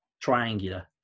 triangular